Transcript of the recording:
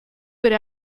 would